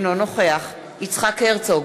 אינו נוכח יצחק הרצוג,